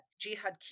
jihad